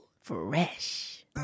Fresh